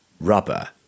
rubber